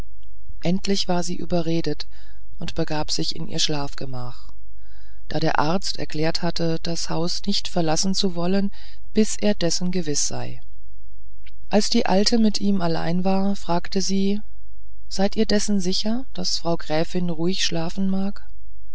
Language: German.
endlich war sie überredet und begab sich in ihr schlafgemach da der arzt erklärt hatte das haus nicht verlassen zu wollen bis er dessen gewiß sei als die alte mit diesem allein war fragte sie seid ihr dessen sicher daß frau gräfin ruhig schlafen mag